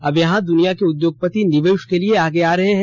अब यहां दुनिया के उद्योगपति निवेश के लिए आगे आ रहे हैं